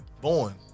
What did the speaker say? born